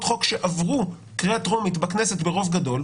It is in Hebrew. חוק שעברו קריאה טרומית בכנסת ברוב גדול,